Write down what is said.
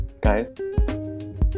guys